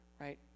right